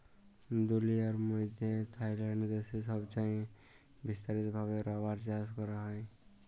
দুলিয়ার মইধ্যে থাইল্যান্ড দ্যাশে ছবচাঁয়ে বিস্তারিত ভাবে রাবার চাষ ক্যরা হ্যয়